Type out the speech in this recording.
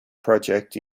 project